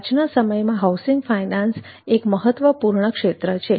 આજના સમયમાં housing finance એક મહત્ત્વપૂર્ણ ક્ષેત્ર છે